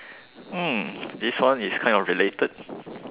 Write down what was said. mm this one is kind of related